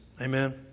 Amen